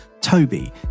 Toby